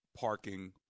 parking